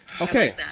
okay